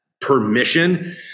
permission